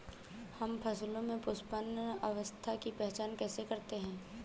हम फसलों में पुष्पन अवस्था की पहचान कैसे करते हैं?